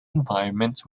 environment